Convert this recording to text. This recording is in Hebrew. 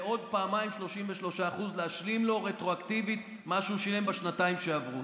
ועוד פעמיים 33% להשלים לו רטרואקטיבית מה שהוא שילם בשנתיים שעברו.